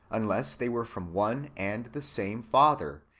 unless they were from one and the same father,